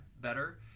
better